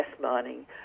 mining